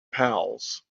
pals